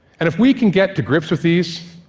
and if we can get to grips with these,